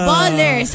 Baller